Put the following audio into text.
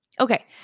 Okay